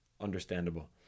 Understandable